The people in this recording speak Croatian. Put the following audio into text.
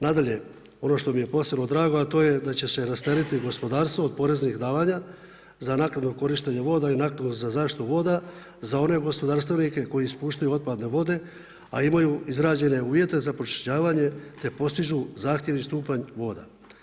Nadalje, ono što mi je posebno drago, a to je da će se rasteretiti gospodarstvo od poreznih davanja, za naknadu od korištenje voda i naknadu za zaštitu voda, za one gospodarstvenike koji ispuštaju otpadne vode, a imaju izrađene uvjete za pročišćavanje, te postižu zahtjev i stupanj voda.